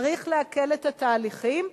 צריך להקל את התהליכים.